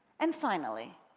and finally,